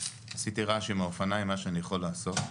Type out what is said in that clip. עשיתי רעש עם האופניים, מה שאני יכול לעשות.